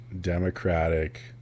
Democratic